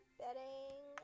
bedding